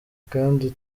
kandi